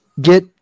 get